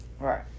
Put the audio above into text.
right